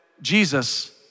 Jesus